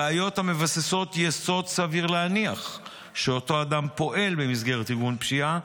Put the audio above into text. ראיות המבססות יסוד סביר להניח שאותו אדם פועל במסגרת ארגון פשיעה,